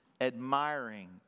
admiring